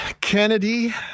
kennedy